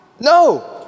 no